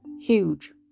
huge